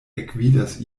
ekvidas